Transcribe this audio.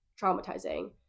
traumatizing